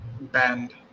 band